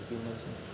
बेनोसै